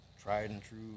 tried-and-true